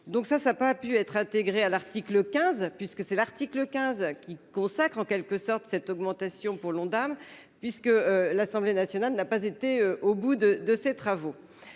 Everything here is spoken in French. donc ça ça a pas pu être intégré à l'article 15 puisque c'est l'article 15 qui consacre en quelque sorte cette augmentation pour l'Ondam puisque l'Assemblée nationale n'a pas été au bout de de ces travaux.